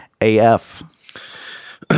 AF